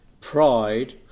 pride